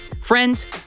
Friends